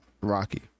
Rocky